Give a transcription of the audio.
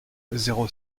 zéro